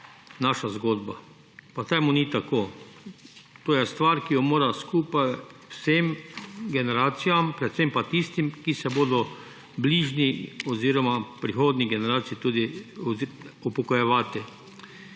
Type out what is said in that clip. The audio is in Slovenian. naša zgodba. Pa temu ni tako. To je stvar, ki mora biti skupna vsem generacijam, predvsem pa tistim, ki se bodo v bližnji oziroma prihodnji generaciji upokojevati.